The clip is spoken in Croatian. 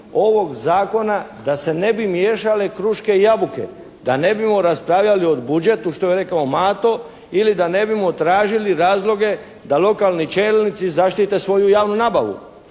ovog Zakona da se ne bi miješale kruške i jabuke, da ne bimo raspravljali o budžetu što je rekao Mato ili da ne bimo tražili razloge da lokalni čelnici zaštite svoju javnu nabavu.